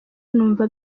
numva